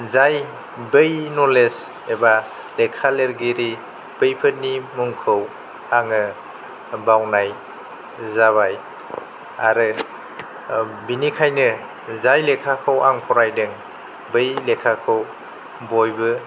जाय बै नलेज एबा लेखा लिरगिरि बैफोरनि मुंखौ आङो बावनाय जाबाय आरो बिनिखायनो जाय लेखाखौ आं फरायदों बै लेखाखौ बयबो